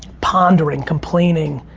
pondering, complaining.